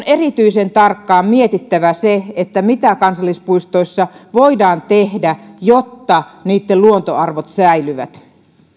erityisen tarkkaan mietittävä mitä kansallispuistoissa voidaan tehdä jotta niitten luontoarvot säilyvät arvoisa